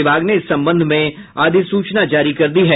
विभाग ने इस संबंध में अधिसूचना जारी कर दी है